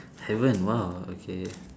heaven !wah! okay